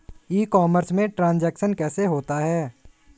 ई commerce में transaction कैसे होता है?